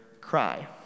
cry